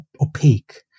opaque